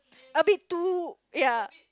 a bit too ya